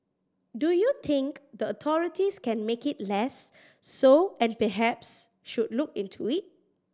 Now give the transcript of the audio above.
do you think the authorities can make it less so and perhaps should look into it